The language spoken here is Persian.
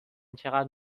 چقدر